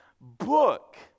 book